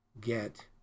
get